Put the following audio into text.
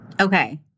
Okay